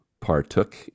partook